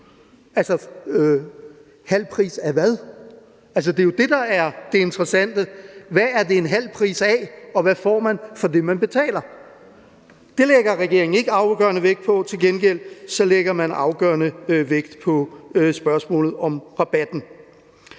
Altså, halv pris af hvad? Det er jo det, der er det interessante: Hvad er det en halv pris af, og hvad får man for det, som man betaler? Det lægger regeringen ikke afgørende vægt på, til gengæld lægger man afgørende vægt på spørgsmålet om rabatten.